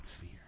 fear